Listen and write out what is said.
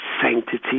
sanctity